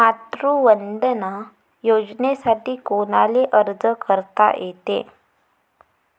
मातृवंदना योजनेसाठी कोनाले अर्ज करता येते?